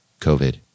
COVID